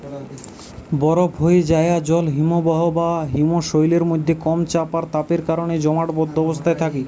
বরফ হোয়ে যায়া জল হিমবাহ বা হিমশৈলের মধ্যে কম চাপ আর তাপের কারণে জমাটবদ্ধ অবস্থায় থাকে